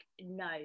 No